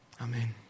amen